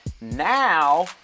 Now